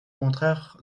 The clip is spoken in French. contraire